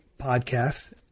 Podcast